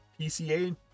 PCA